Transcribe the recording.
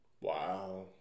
Wow